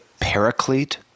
paraclete